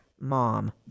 mom